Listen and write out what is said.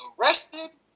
arrested